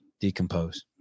decompose